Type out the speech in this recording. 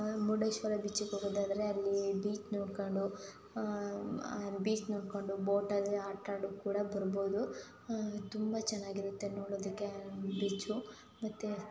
ಮುರುಡೇಶ್ವರ ಬೀಚಿಗೆ ಹೋಗೋದಾದ್ರೆ ಅಲ್ಲಿ ಬೀಚ್ ನೋಡ್ಕೊಂಡು ಬೀಚ್ ನೋಡಿಕೊಂಡು ಬೋಟಲ್ಲಿ ಆಟ ಆಡಿ ಕೂಡ ಬರ್ಬೋದು ತುಂಬ ಚೆನ್ನಾಗಿರುತ್ತೆ ನೋಡೋದಕ್ಕೆ ಬೀಚು ಮತ್ತು